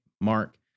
Mark